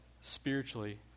spiritually